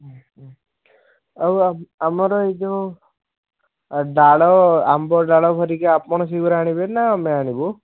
ଆଉ ଆମର ଏଇ ଯେଉଁ ଡାଳ ଆମ୍ବଡାଳ ହେରିକା ଆପଣ ସେଇଗୁଡ଼ା ଆଣିବେ ନା ଆମେ ଆଣିବୁ